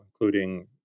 including